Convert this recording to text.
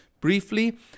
briefly